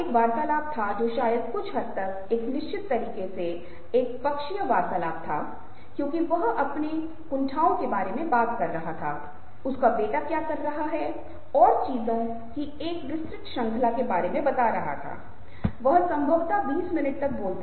वास्तव में कुछ अध्ययनों में जो हम कर भी रहे हैं हम अपेक्षाकृत उच्च गति वाले कैमरों का उपयोग 1 से 50 वें फ्रेम के बीच कुछ भी करते हैं 1 से 50 वें से 1 के फ्रेम दर के साथ एक सेकंड के 60 वें से 1 सेकंड के 400 वें तक करते हैं